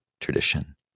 tradition